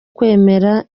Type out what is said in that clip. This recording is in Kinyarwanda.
kwemera